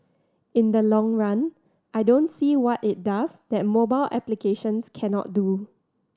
in the long run I don't see what it does that mobile applications cannot do